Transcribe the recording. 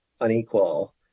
unequal